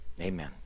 amen